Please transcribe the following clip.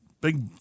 big